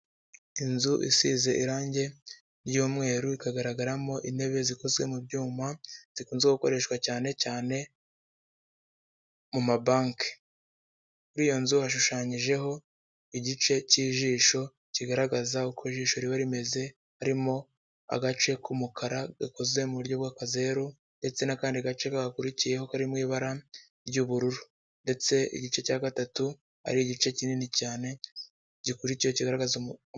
Inzu isize irangi ry'umweru ikagaragaramo intebe zikozwe mu byuma zikunze gukoreshwa cyane cyane mu mabanki, muri iyo nzu washushanyijeho igice cy'ijisho kigaragaza uko ijisho riba rimeze harimo agace k'umukara gakoze mu buryo bw'akazeru ndetse n'akandi gace gakurikiyeho karimo ibara ry'ubururu ndetse igice cya gatatu ari igice kinini cyane gikurikira kigaragaza.